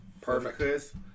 Perfect